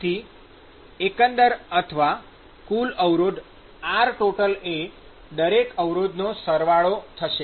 તેથી એકંદર અથવા કુલ અવરોધ Rtotal એ દરેક અવરોધનો સરવાળો થશે